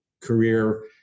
career